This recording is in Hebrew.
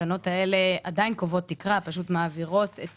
התקנות עדיין קובעות תקרה, הן פשוט מעבירות את